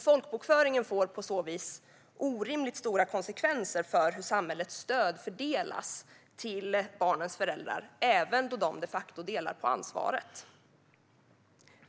Folkbokföringen får på så vis orimligt stora konsekvenser för hur samhällets stöd fördelas till barnens föräldrar, även då de de facto delar på ansvaret.